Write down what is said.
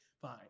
fine